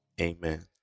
Amen